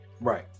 right